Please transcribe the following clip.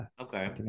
okay